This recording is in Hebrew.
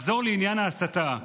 נחזור לעניין ההסתה.